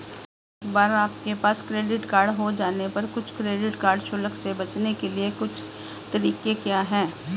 एक बार आपके पास क्रेडिट कार्ड हो जाने पर कुछ क्रेडिट कार्ड शुल्क से बचने के कुछ तरीके क्या हैं?